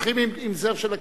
היו שולחים עם זר של הכנסת.